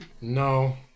No